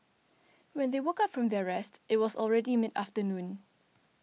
when they woke up from their rest it was already mid afternoon